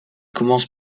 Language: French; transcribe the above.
commence